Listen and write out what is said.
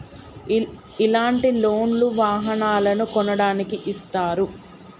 ఇలాంటి లోన్ లు వాహనాలను కొనడానికి ఇస్తారు